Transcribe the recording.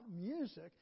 music